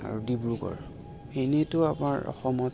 আৰু ডিব্ৰুগড় এনেইটো আমাৰ অসমত